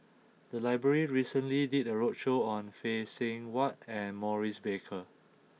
the library recently did a roadshow on Phay Seng Whatt and Maurice Baker